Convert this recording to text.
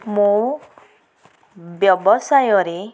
ମୋ ବ୍ୟବସାୟରେ